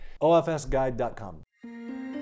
ofsguide.com